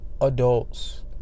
adults